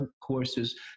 courses